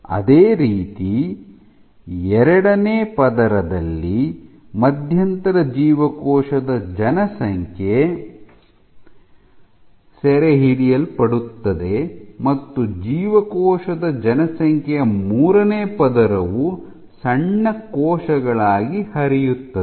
ಅದೇ ರೀತಿ ಎರಡನೇ ಪದರದಲ್ಲಿ ಮಧ್ಯಂತರ ಜೀವಕೋಶದ ಜನಸಂಖ್ಯೆ ಸೆರೆಹಿಡಿಯಲ್ಪಡುತ್ತದೆ ಮತ್ತು ಜೀವಕೋಶದ ಜನಸಂಖ್ಯೆಯ ಮೂರನೇ ಪದರವು ಸಣ್ಣ ಕೋಶಗಳಾಗಿ ಹರಿಯುತ್ತದೆ